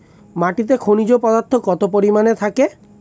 মাটিতে খনিজ পদার্থ কত পরিমাণে থাকে?